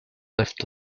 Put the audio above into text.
left